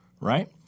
right